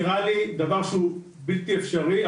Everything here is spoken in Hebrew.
נראה לי דבר שהוא בלתי אפשרי,